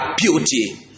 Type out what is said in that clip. beauty